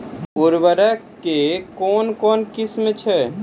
उर्वरक कऽ कून कून किस्म छै?